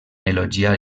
elogiar